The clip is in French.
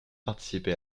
participé